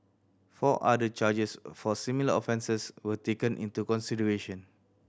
four other charges for similar offences were taken into consideration